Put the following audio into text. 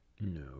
No